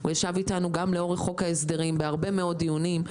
הוא ישב איתנו גם לאורך חוק ההסדרים בהרבה מאוד דיונים,